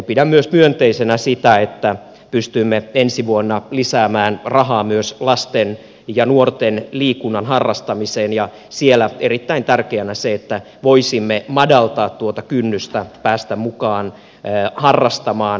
pidän myös myönteisenä sitä että pystymme ensi vuonna lisäämään rahaa myös lasten ja nuorten liikunnan harrastamiseen ja siellä erittäin tärkeää on se että voisimme madaltaa kynnystä päästä mukaan harrastamaan